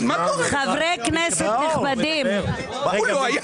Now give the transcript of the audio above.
חברי כנסת נכבדים --- מה, תגיד מה קורה פה?